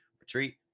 retreat